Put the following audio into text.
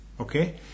Okay